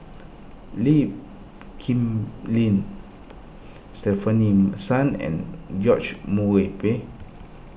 Lee Kip Lin Stefanie Sun and George Murray